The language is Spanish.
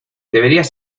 deberías